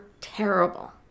terrible